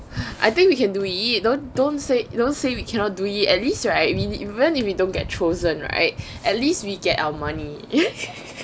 I think we can do it don't don't say you don't say we cannot do it at least right I mean even if you don't get chosen right at least we get our money